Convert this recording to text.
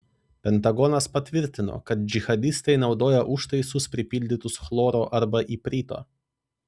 pentagonas patvirtino kad džihadistai naudoja užtaisus pripildytus chloro arba iprito